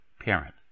parent